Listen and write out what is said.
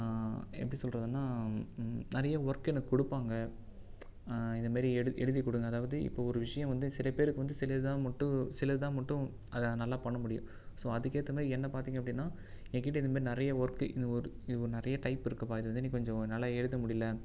எப்படி சொல்கிறதுன்னா நிறைய ஒர்க் எனக்கு கொடுப்பாங்க இதே மாதிரி எ எழுதி கொடுங்க அதாவது இப்போ ஒரு விஷயம் வந்து சில பேருக்கு வந்து சிலது தான் மட்டும் சிலது தான் மட்டும் அதை நல்லா பண்ண முடியும் ஸோ அதுக்கேற்ற மாதிரி என்ன பார்த்தீங்க அப்படின்னா எங்கிட்ட இது மாதிரி நிறைய ஒர்க்கு இது ஒரு நிறைய இதில் டைப் இருக்குப்பா இது வந்து நீ கொஞ்சம் என்னால் எழுத முடியல